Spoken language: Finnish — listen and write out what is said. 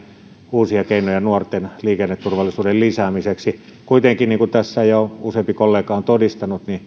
uusia keinoja nuorten liikenneturvallisuuden lisäämiseksi kuitenkin niin kuin tässä jo useampi kollega on todistanut